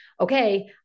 okay